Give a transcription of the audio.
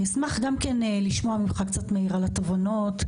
אשמח לשמוע ממך, מאיר, על התובנות.